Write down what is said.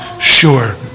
sure